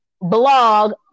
blog